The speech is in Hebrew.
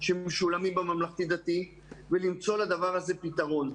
שמשולמים בממלכתי דתי ולמצוא לדבר הזה פתרון.